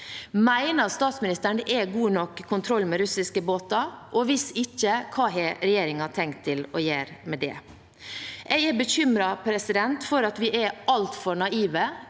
kai. Mener statsministeren det er god nok kontroll med russiske båter? Og hvis ikke, hva har regjeringen tenkt å gjøre med det? Jeg er bekymret for at vi er altfor naive.